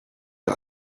ihr